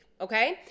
Okay